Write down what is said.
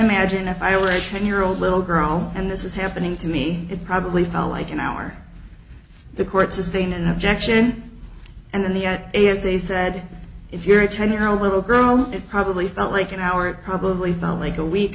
imagine if i were a ten year old little girl and this is happening to me it probably felt like an hour the courts sustain an objection and then the at a is a said if you're a ten year old little girl it probably felt like an hour it probably felt like a week